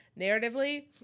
narratively